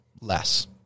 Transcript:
less